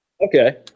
Okay